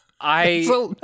I-